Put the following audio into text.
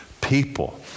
people